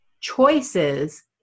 choices